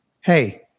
hey